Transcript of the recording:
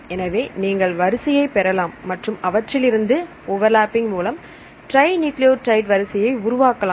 எனவே நீங்கள் வரிசையை பெறலாம் மற்றும் அவற்றிலிருந்து ஓவர்லப்பிங் மூலம் ட்ரைநியூக்ளியோடைடு வரிசையை உருவாக்கலாம்